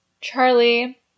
charlie